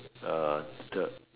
uh the